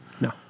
No